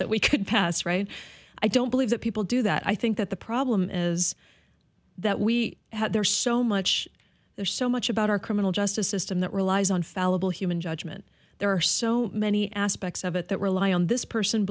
that we could pass right i don't believe that people do that i think that the problem as that we had there so much there's so much about our criminal justice system that relies on fallible human judgment there are so many aspects of it that rely on this person